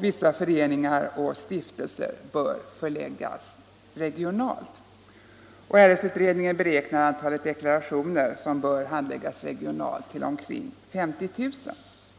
vissa föreningar och stiftelser bör förläggas regionalt. RS-utredningen beräknar antalet deklarationer som bör handläggas regionalt till omkring 50 000.